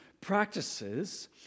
practices